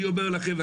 אני אומר לכם,